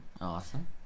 Awesome